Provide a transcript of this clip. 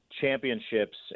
championships